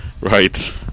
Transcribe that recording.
Right